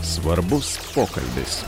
svarbus pokalbis